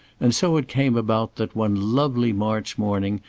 and so it came about that, one lovely march morning,